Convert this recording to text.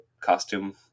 costume